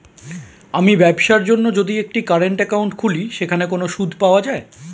আমি ব্যবসার জন্য যদি একটি কারেন্ট একাউন্ট খুলি সেখানে কোনো সুদ পাওয়া যায়?